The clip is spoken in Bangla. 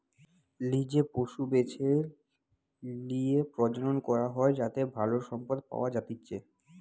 লিজে পশু বেছে লিয়ে প্রজনন করা হয় যাতে ভালো সম্পদ পাওয়া যাতিচ্চে